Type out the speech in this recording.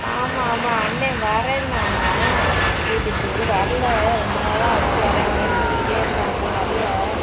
ஆமாம் ஆமாம் அண்ணே வரேன்னாங்க வீட்டுக்கு வரல ரெண்டு நாளாச்சு வரேன் வரேன்னு சொல்லிக்கிட்டே இருக்காங்க வரல